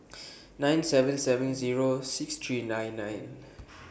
nine seven seven Zero six three nine nine